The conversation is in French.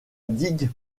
digue